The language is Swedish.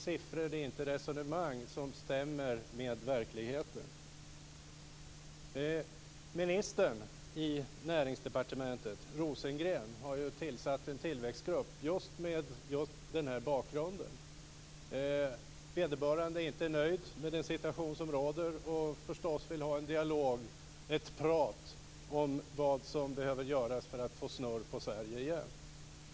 Minister Rosengren på Näringsdepartementet har just mot denna bakgrund tillsatt en tillväxtgrupp. Vederbörande är inte nöjd med den situation som råder och vill förstås ha en dialog om vad som behöver göras för att få snurr på Sverige igen.